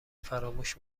فراموش